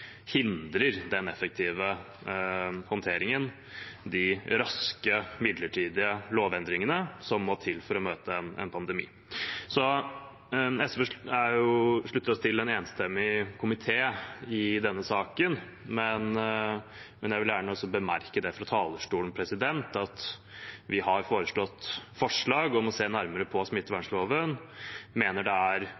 hindrer den effektive håndteringen, de raske, midlertidige lovendringene som må til for å møte en pandemi. SV slutter seg til en enstemmig komité i denne saken, men jeg vil gjerne også bemerke fra talerstolen at vi har forslag om å se nærmere på